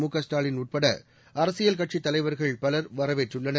முகஸ்டாலின் உட்பட அரசியல் கட்சி தலைவர்கள் பலர் வரவேற்றுள்ளனர்